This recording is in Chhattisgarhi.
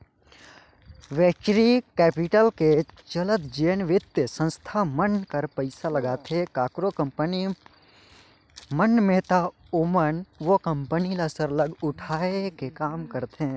वेंचरी कैपिटल के चलत जेन बित्तीय संस्था मन हर पइसा लगाथे काकरो कंपनी मन में ता ओमन ओ कंपनी ल सरलग उठाए के काम करथे